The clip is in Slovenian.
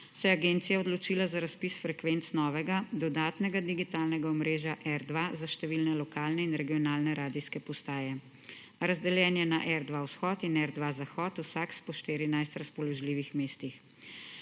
se je agencija odločila za razpis frekvenc novega, dodatnega digitalnega omrežja R2 za številne lokalne in regionalne radijske postaje. Razdeljen je na R2 - vzhod in R2 - zahod, vsak s po 14 razpoložljivimi mesti.